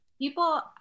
people